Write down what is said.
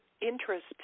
interest